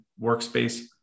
workspace